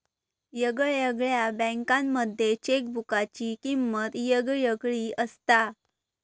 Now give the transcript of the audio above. येगयेगळ्या बँकांमध्ये चेकबुकाची किमंत येगयेगळी असता